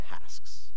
tasks